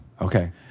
okay